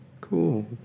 Cool